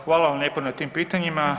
Hvala vam lijepo na tim pitanjima.